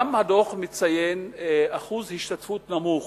הדוח גם מציין שיעור השתתפות נמוך